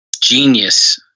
Genius